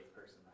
person